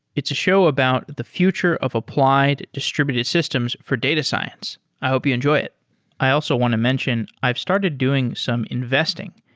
it's a show about the future of applied distributed systems for data science. i hope you enjoy it i also want to mention, i've started doing some investing.